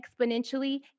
exponentially